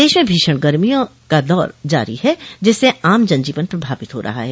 प्रदेश में भीषण गर्मी का दौर जारी है जिससे आम जन जीवन प्रभावित हो रहा है